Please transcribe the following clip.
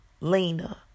Lena